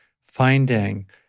finding